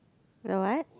no what